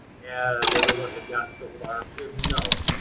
as everyone had gotten so far, is no.